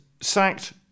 sacked